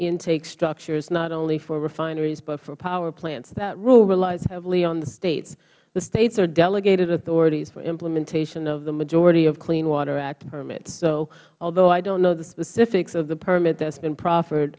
intake structures not only for refineries but for power plants that rule relies heavily on the states the states are delegated authorities for implementation of the majority of clean water act permits so although i don't know the specifics of the permit